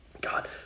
God